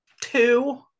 two